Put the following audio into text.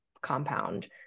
compound